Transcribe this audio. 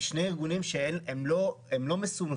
שני ארגונים שהם לא מסונכרנים.